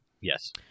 yes